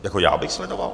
Jako já abych sledoval?